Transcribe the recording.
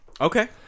Okay